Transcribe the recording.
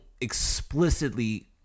explicitly